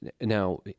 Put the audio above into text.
Now